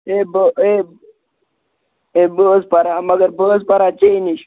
ہے بہٕ ہے ہے بہٕ حظ پَرٕ ہہ مگر بہٕ حظ پَرٕ ہہ ژےٚ نِش